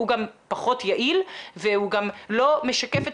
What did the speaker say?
הוא גם פחות יעיל והוא גם לא משקף את